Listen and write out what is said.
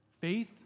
faith